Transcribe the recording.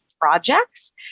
projects